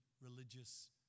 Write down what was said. religious